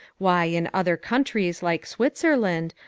why, in other countries, like switzerland,